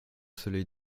soleil